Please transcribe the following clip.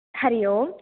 Hari Om